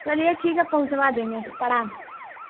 चलिए ठीक है पहुँचवा देंगे प्रणाम